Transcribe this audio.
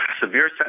severe